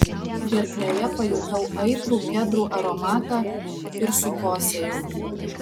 gerklėje pajutau aitrų kedrų aromatą ir sukosėjau